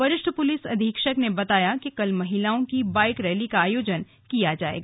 वरिष्ठ पुलिस अधीक्षक ने बताया कि कल महिलाओं की बाइक रैली का आयोजन किया जाएगा